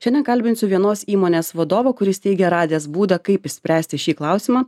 šiandien kalbinsiu vienos įmonės vadovą kuris teigia radęs būdą kaip išspręsti šį klausimą